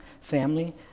family